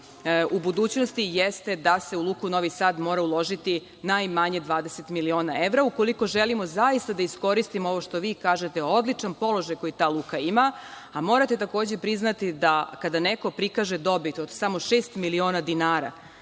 u budućnosti jeste da se u Luku Novi Sad mora uložiti, najmanje 20 miliona evra, ukoliko želimo zaista da iskoristimo ovo što vi kažete odličan položaj koji ta luka ima, a morate takođe priznati da kada neko prikaže dobit od samo šest miliona dinara